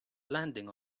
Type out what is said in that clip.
landing